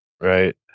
right